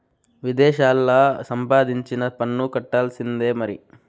విదేశాల్లా సంపాదించినా పన్ను కట్టాల్సిందే మరి